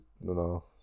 No